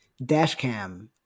*Dashcam*